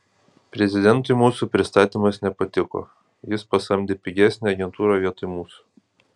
prezidentui mūsų pristatymas nepatiko jis pasamdė pigesnę agentūrą vietoj mūsų